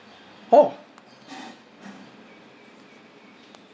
oh